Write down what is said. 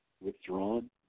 withdrawn